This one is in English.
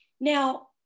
Now